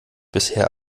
bisher